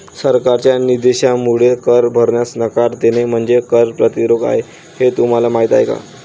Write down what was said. सरकारच्या निषेधामुळे कर भरण्यास नकार देणे म्हणजे कर प्रतिरोध आहे हे तुम्हाला माहीत आहे का